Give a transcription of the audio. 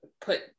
put